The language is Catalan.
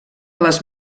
les